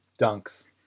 dunks